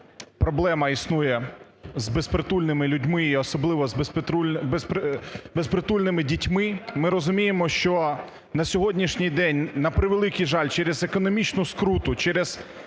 проблема існує з безпритульними людьми і особливо безпритульними дітьми. Ми розуміємо, що на сьогоднішній день, на превеликий жаль, через економічну скруту, через